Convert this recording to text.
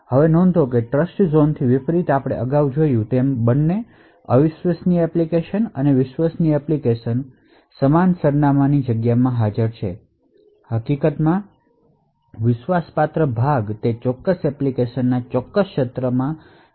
હવે નોંધ લો કે ટ્રસ્ટઝોનથી વિપરીત આપણે અગાઉ જોયું છે બંને અવિશ્વસનીય એપ્લિકેશન અને વિશ્વસનીય એપ્લિકેશન સમાન એડ્રૈસ સ્પેસમાં હાજર છે હકીકતમાં વિશ્વાસપાત્ર ભાગ તે ચોક્કસ એપ્લિકેશન ના ચોક્કસ ક્ષેત્રમાં ફક્ત મેપ કરેલો છે